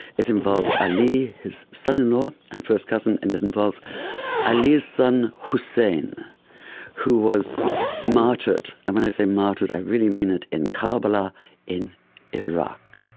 it involves ali, his son-in-law and first cousin, and it involves ali's son hussein who was martyred. and when i say martyred i really mean it, in karbala in iraq.